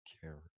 care